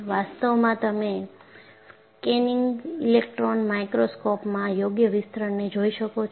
વાસ્તવમાં તમે scanning electron માઇક્રોસ્કોપમાં યોગ્ય વિસ્તરણને જોઈ શકો છો